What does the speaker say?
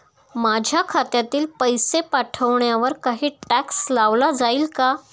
माझ्या खात्यातील पैसे पाठवण्यावर काही टॅक्स लावला जाईल का?